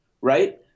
right